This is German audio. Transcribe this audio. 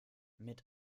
mit